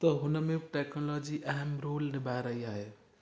त हुन में ब टेक्नोलॉजी अहम रोल निभाए रही आहे